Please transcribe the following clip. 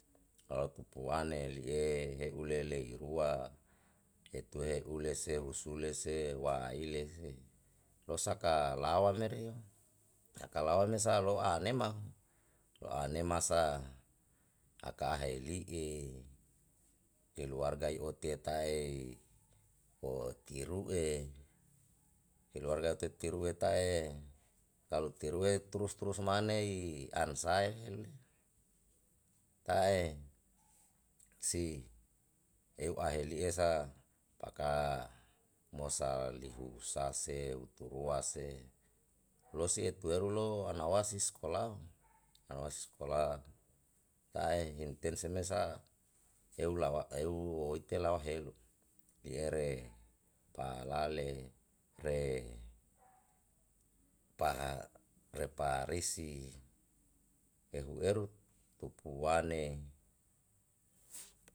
Lau tupuane lie he'u le leirua etue ule se husule se wa'a hile se losaka lawa mereo saka lawa mesa lao nema loa nemasa aka heli'e keluarga otia tae oti rue keluarga tete rua tae kalu terue turus turus manei ansae le tae si eu ahelie sa paka mosa lihu sa se huturua se losi etueru lo anawasi skola anawasi skola tae himten semesa eu lawa eu oite lawa helu liere pala le re paha repa risi ehu eru tupuane.